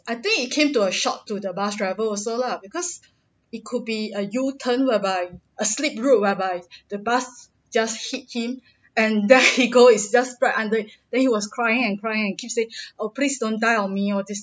I think it came to a shock to the bus driver also lah because it could be a u turn whereby a slip road whereby the bus just hit him and then he go is just right under then he was crying and crying and keep saying oh please don't die on me all this